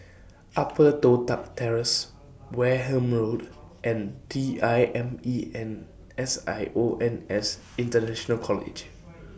Upper Toh Tuck Terrace Wareham Road and D I M E N S I O N S International College